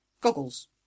Goggles